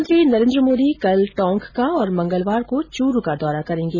प्रधानमंत्री नरेन्द्र मोदी कल टोंक का और मंगलवार को चूरू का दौरा करेंगे